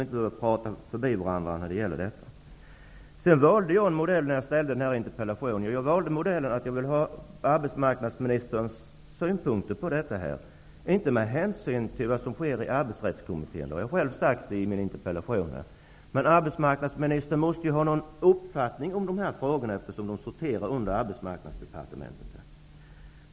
När jag ställde denna interpellation valde jag den modellen att jag ville veta arbetsmarknadsministerns synpunkter på detta, inte vad som sker i Arbetsrättskommittén. Detta har jag sagt i min interpellation. Arbetsmarknadsministern måste ju ha någon uppfattning om de här frågorna, eftersom de sorterar under Arbetsmarknadsdepartementet.